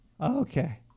Okay